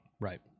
Right